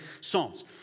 Psalms